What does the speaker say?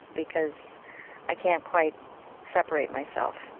because i can't quite separate myself.